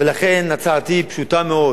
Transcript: ולכן, הצעתי פשוטה מאוד